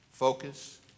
focus